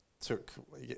took